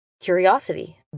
curiosity